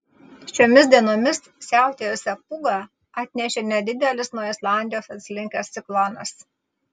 šiomis dienomis siautėjusią pūgą atnešė nedidelis nuo islandijos atslinkęs ciklonas